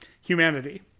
Humanity